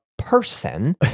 person